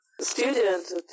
students